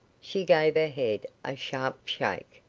she gave her head a sharp shake.